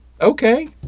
Okay